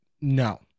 No